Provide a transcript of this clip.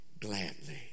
gladly